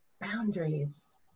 Boundaries